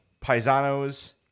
paisanos